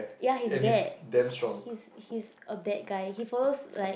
ya he's bad he's he's a bad guy he follow like